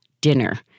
dinner